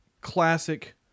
classic